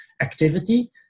activity